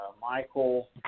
Michael